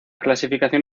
clasificación